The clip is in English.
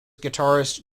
guitarist